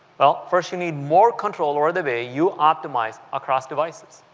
well, first you need more control over the way you optimize across devices.